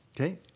okay